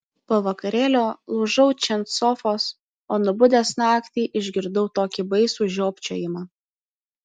po vakarėlio lūžau čia ant sofos o nubudęs naktį išgirdau tokį baisų žiopčiojimą